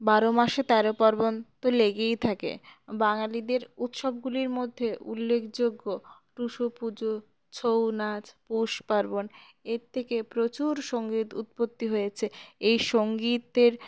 বারো মাসে তেরো পার্বণ তো লেগেই থাকে বাঙালিদের উৎসবগুলির মধ্যে উল্লেখযোগ্য টুসু পুজো ছৌ নাচ পৌষ পার্বণ এর থেকে প্রচুর সঙ্গীত উৎপত্তি হয়েছে এই সঙ্গীতের